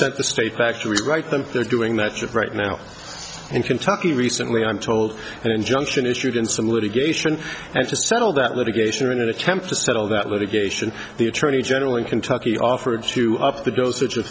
sent the state back to rewrite them they're doing that yet right now in kentucky recently i'm told an injunction issued in some litigation and to settle that litigation in an attempt to settle that litigation the attorney general in kentucky offered to up the dosage of